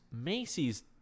Macy's